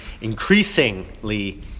increasingly